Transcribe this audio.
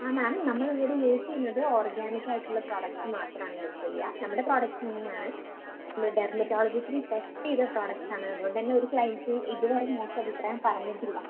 ആ മാം നമ്മളിവിടെ യൂസ് ചെയ്യുന്നത് ഓർഗാനിക് ആയിട്ടുള്ള പ്രൊഡക്റ്റ്സ് മാത്രമാണ് യൂസ് ചെയ്യുക നമ്മുടെ പ്രൊഡക്റ്റ്സ് തന്നെയാണ് നമ്മൾ ഡെർമറ്റോളജിക്കലി ടെസ്റ്റ് ചെയ്ത പ്രൊഡക്റ്റ്സ് ആണ് അതുകൊണ്ടുതന്നെ ഒരു ക്ലയൻറ്സും ഇതുവരെ മോശം അഭിപ്രായം പറഞ്ഞിട്ടില്ല